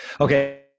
Okay